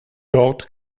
dort